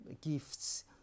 gifts